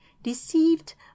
deceived